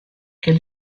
quel